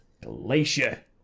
Glacier